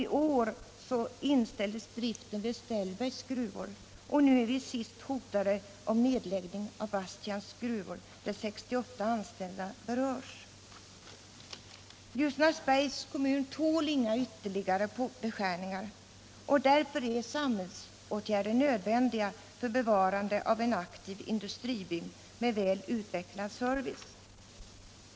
I år inställdes ningen i Ljusnarsdriften vid Ställbergs gruvor, och nu senast är vi hotade av nedläggning av = bergs kommun Bastkärns gruva, där 68 anställda berörs. Ljusnarsbergs kommun tål inga ytterligare beskärningar. Därför är samhällsåtgärder nödvändiga för bevarande av en aktiv industribygd med väl utvecklad service.